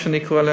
מה שאני קורא,